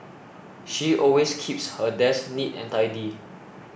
she always keeps her desk neat and tidy